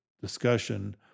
discussion